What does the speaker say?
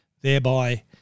thereby